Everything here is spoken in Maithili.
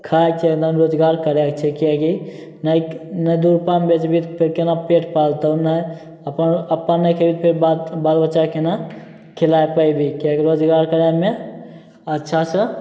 रोजगार करै छै किएकि नहि नहि दू रूपामे बेचभी फेर केना पेट पालतौ नहि अपन अपन नहि खेभी तऽ बाल बाल बच्चा केना खिला पेबही किएकि रोजगार करैमे अच्छा सऽ